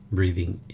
Breathing